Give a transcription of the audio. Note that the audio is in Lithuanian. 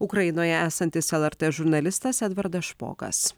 ukrainoje esantis lrt žurnalistas edvardas špokas